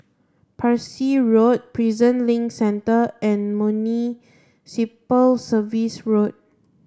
Parsi Road Prison Link Centre and Municipal Service road